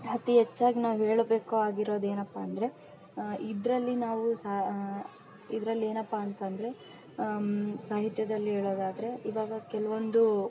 ಅತಿ ಹೆಚ್ಚಾಗಿ ನಾವು ಹೇಳಬೇಕು ಆಗಿರೋದು ಏನಪ್ಪ ಅಂದರೆ ಇದರಲ್ಲಿ ನಾವು ಸಾ ಇದರಲ್ಲಿ ಏನಪ್ಪ ಅಂತಂದರೆ ಸಾಹಿತ್ಯದಲ್ಲಿ ಹೇಳೋದಾದರೆ ಇವಾಗ ಕೆಲವೊಂದು